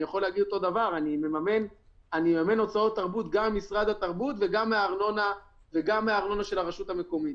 אני מממן הוצאות תרבות גם ממשרד התרבות וגם מהארנונה של הרשות המקומית.